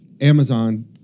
Amazon